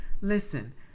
listen